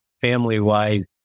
family-wide